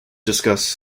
discuss